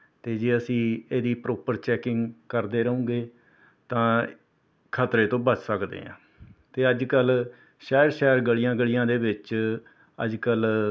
ਅਤੇ ਜੇ ਅਸੀਂ ਇਹਦੀ ਪਰੋਪਰ ਚੈੱਕਿੰਗ ਕਰਦੇ ਰਹਾਂਗੇ ਤਾਂ ਖਤਰੇ ਤੋਂ ਬਚ ਸਕਦੇ ਹਾਂ ਅਤੇ ਅੱਜ ਕੱਲ੍ਹ ਸ਼ਹਿਰ ਸ਼ਹਿਰ ਗਲੀਆਂ ਗਲੀਆਂ ਦੇ ਵਿੱਚ ਅੱਜ ਕੱਲ੍ਹ